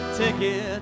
ticket